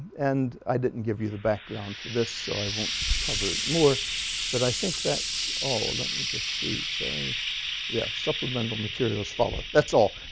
and i didn't give you the background for this so i won't cover it more but i think that's all let me just see sorry yeah supplemental materials follow that's all